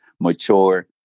mature